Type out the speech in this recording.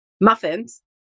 muffins